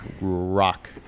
rock